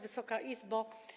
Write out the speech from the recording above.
Wysoka Izbo!